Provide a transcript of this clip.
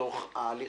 בתוך ההליך